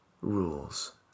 rules